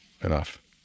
enough